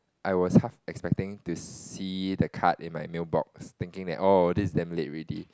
I was half expecting to see the card in my mailbox thinking that oh this is damn late already